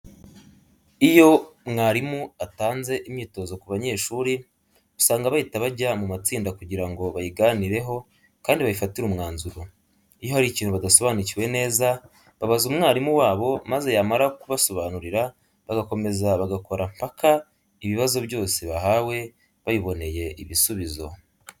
Iyo mwarimu atanze imyitozo ku banyeshuri usanga bahita bajya mu matsinda kugira ngo bayiganireho kandi bayifatire umwanzuro. Iyo hari ikintu badasobanukiwe meza babaza umwarimu wabo maze yamara kubasobanurira bagakomeza bagakora mpaka ibibazo byose bahawe babiboneye ibisubizo.